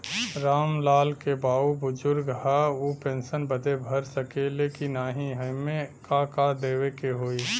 राम लाल के बाऊ बुजुर्ग ह ऊ पेंशन बदे भर सके ले की नाही एमे का का देवे के होई?